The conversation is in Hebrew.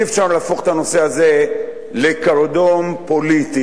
אי-אפשר להפוך את הנושא הזה לקרדום פוליטי,